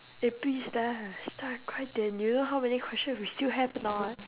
eh please start start 快点：kuai dian you know how many question we still have or not